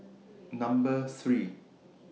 Number three